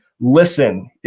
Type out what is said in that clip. listen